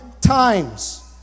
times